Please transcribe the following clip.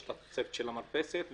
יש התוספת של המרפסת,